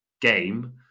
game